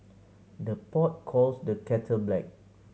the pot calls the kettle black